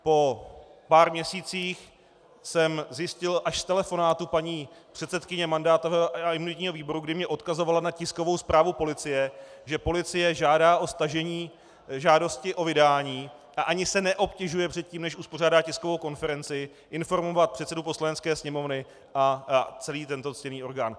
Po pár měsících jsem zjistil až z telefonátu paní předsedkyně mandátového a imunitního výboru, kdy mě odkazovala na tiskovou zprávu policie, že policie žádá o stažení žádosti o vydání a ani se neobtěžuje předtím, než uspořádá tiskovou konferenci, informovat předsedu Poslanecké sněmovny a celý tento ctěný orgán.